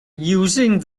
using